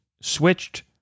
switched